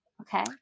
Okay